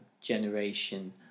generation